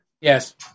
Yes